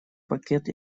пакет